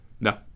No